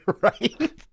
Right